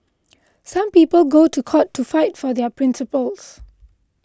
some people go to court to fight for their principles